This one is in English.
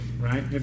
right